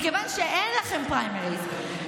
מכיוון שאין לכם פריימריז,